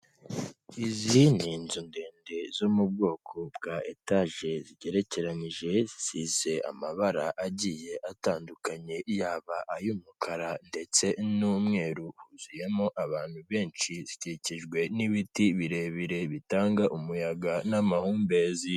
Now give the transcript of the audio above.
Izi ni inzu ndende zo mu bwoko bwa etaje zigerekeranyije zisize amabara agiye atandukanye yaba ay'umukara ndetse n'umweru, huzuyemo abantu benshi zikikijwe n'ibiti birebire bitanga umuyaga n'amahumbezi.